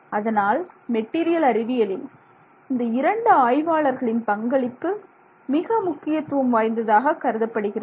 அதனால் மெட்டீரியல் அறிவியலில் இந்த இரண்டு ஆய்வாளர்களின் பங்களிப்பு மிக முக்கியத்துவம் வாய்ந்ததாக கருதப்படுகிறது